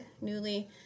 Newly